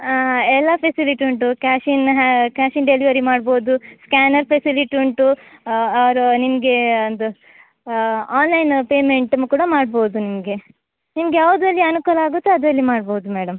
ಹಾಂ ಎಲ್ಲ ಫೆಸಿಲಿಟಿ ಉಂಟು ಕ್ಯಾಶ್ ಇನ್ ಹ್ಯಾ ಕ್ಯಾಶ್ ಇನ್ ಡೆಲಿವರಿ ಮಾಡ್ಬೋದು ಸ್ಕ್ಯಾನರ್ ಫೆಸಿಲಿಟಿ ಉಂಟು ಆರ್ ನಿಮಗೆ ಒಂದು ಆನ್ಲೈನ್ ಪೇಮೆಂಟ್ ಕೂಡ ಮಾಡ್ಬೋದು ನಿಮಗೆ ನಿಮಗೆ ಯಾವುದ್ರಲ್ಲಿ ಅನುಕೂಲ ಆಗುತ್ತೋ ಅದರಲ್ಲಿ ಮಾಡ್ಬೋದು ಮೇಡಮ್